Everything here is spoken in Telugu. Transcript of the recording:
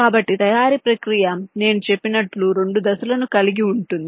కాబట్టి తయారీ ప్రక్రియ నేను చెప్పినట్లు రెండు దశలను కలిగి ఉంటుంది